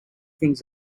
things